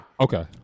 Okay